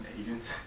agents